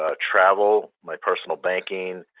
ah travel, my personal banking,